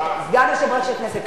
סגן יושב-ראש הכנסת?